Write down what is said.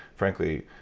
frankly,